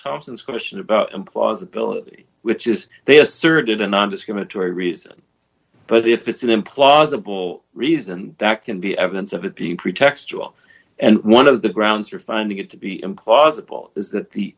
thompson's question about implausibility which is they asserted a nondiscriminatory reason but if it's an implausible reason that can be evidence of it being pretextual and one of the grounds for funding it to be implausible is that the